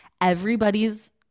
everybody's